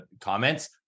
comments